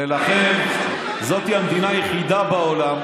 ולכן זאת המדינה היחידה בעולם,